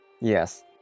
yes